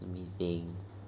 let me think